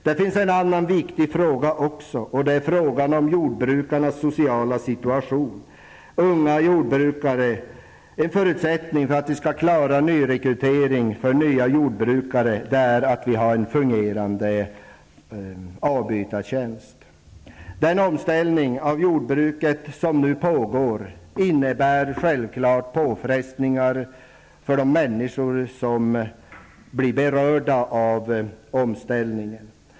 Det finns ytterligare en viktig fråga som jag vill ta upp, frågan om jordbrukarnas sociala situation. En förutsättning för att vi skall kunna klara nyrekryteringen av unga jordbrukare är att vi har ett fungerande avbytarsystem. Den omställning av jordbruket som nu pågår innebär självfallet påfrestningar för de människor som blir berörda av omställningen.